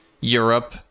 Europe